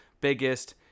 biggest